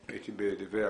הייתי בנווה יעקב,